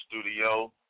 studio